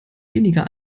weniger